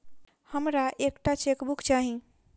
हमरा एक टा चेकबुक चाहि